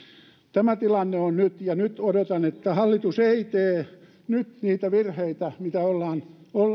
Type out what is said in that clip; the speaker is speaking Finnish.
tämä on tilanne nyt ja nyt odotan että hallitus ei tee niitä virheitä mitä